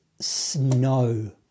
snow